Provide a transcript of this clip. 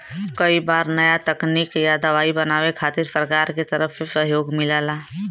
कई बार नया तकनीक या दवाई बनावे खातिर सरकार के तरफ से सहयोग मिलला